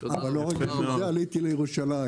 אבל לא רק בשביל זה עליתי לירושלים,